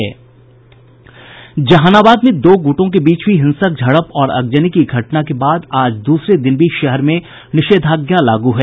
जहानाबाद में दो गुटों के बीच हुई हिंसक झड़प और अगजनी की घटना के बाद आज दूसरे दिन भी शहर में निषेधाज्ञा लागू है